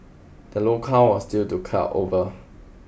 the low count was due to cloud over